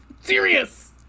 Serious